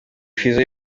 fizzo